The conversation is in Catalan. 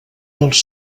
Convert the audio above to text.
dels